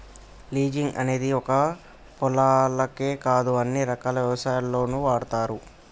leasing అనేది ఒక్క పొలాలకే కాదు అన్ని రకాల వ్యవస్థల్లోనూ వాడతారు